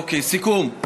אוקיי, סיכום.